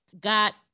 got